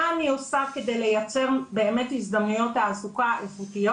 מה אני עושה כדי לייצר באמת הזדמנויות תעסוקה איכותיות?